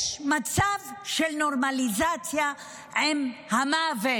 יש מצב של נורמליזציה עם המוות,